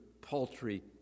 paltry